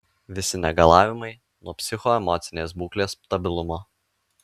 visi negalavimai nuo psichoemocinės būklės stabilumo